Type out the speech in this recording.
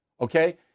okay